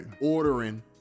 ordering